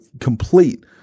complete